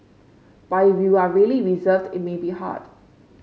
but if you are really reserved it may be hard